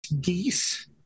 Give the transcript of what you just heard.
Geese